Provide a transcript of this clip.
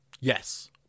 Yes